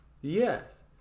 Yes